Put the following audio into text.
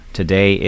today